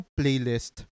playlist